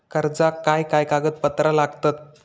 कर्जाक काय काय कागदपत्रा लागतत?